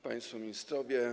Państwo Ministrowie!